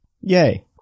Yay